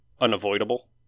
unavoidable